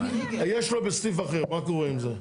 יש לו בסניף אחר, מה קורה עם זה?